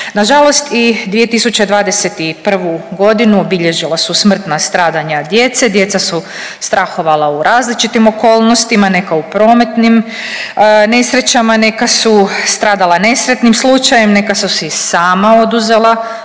Nažalost i 2021.g. obilježila su smrtna stradanja djece, djeca su strahovala u različitim okolnostima, neka u prometnim nesrećama, neka su stradala nesretnim slučajem, neka su si i sama oduzela